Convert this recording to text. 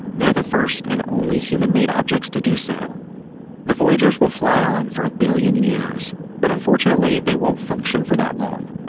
they are the first and only human-made objects to do so the voyagers will fly on for a billion years, but unfortunately they won't function for that long.